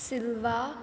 Silva